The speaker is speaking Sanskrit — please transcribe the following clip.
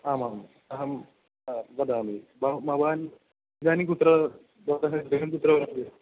आमाम् अहं वदामि भवान् भवान् इदानीं कुत्र भवतः गृहं कुत्र वर्तते